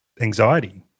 anxiety